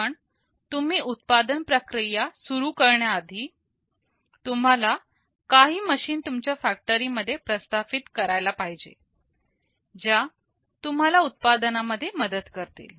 पण तुम्ही उत्पादन प्रक्रिया सुरू करण्याआधी तुम्हाला काही मशीन तुमच्या फॅक्टरीमध्ये प्रस्थापित करायला पाहिजे ज्या तुम्हाला उत्पादनामध्ये मदत करतील